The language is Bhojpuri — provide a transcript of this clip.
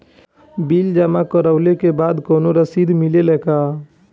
बिल जमा करवले के बाद कौनो रसिद मिले ला का?